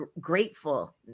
grateful